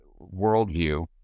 worldview